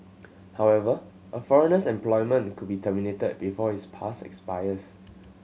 however a foreigner's employment could be terminated before his pass expires